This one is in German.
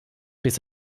bis